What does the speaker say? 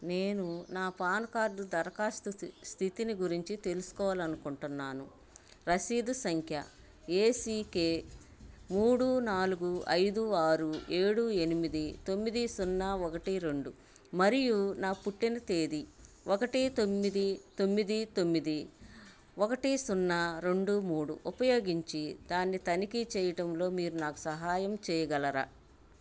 నేను నా PAN card దరఖాస్తు స్థితిని గురించి తెలుసుకోవాలి అనుకుంటున్నాను రసీదు సంఖ్య ఏ సి కే మూడు నాలుగు ఐదు ఆరు ఏడు ఎనిమిది తొమ్మిది సున్నా ఒకటి రెండు మరియు నా పుట్టిన తేదీ ఒకటి తొమ్మిది తొమ్మిది తొమ్మిది ఒకటి సున్నా రెండు మూడు ఉపయోగించి దాన్ని తనిఖీ చేయటంలో మీరు నాకు సహాయం చేయగలరా